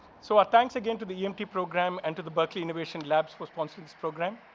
so our thanks, again, to the emt program and to the berkley innovation labs for sponsoring this program.